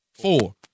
Four